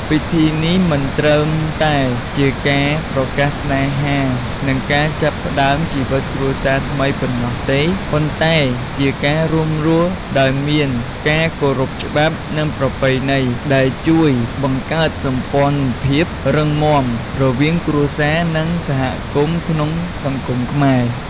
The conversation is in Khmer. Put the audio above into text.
ពិធីនេះមិនត្រឹមតែជាការប្រកាសស្នេហា និងការចាប់ផ្តើមជីវិតគ្រួសារថ្មីប៉ុណ្ណោះទេ ប៉ុន្តែជាការរួមរស់ដោយមានការគោរពច្បាប់ និងប្រពៃណី ដែល ជួយបង្កើតសម្ព័ន្ធភាពរឹងមាំរវាងគ្រួសារ និងសហគមន៍ក្នុងសង្គមខ្មែរ។